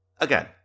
Again